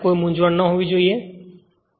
ત્યાં કોઈ મૂંઝવણ હોવી જોઈએ નહીં